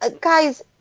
Guys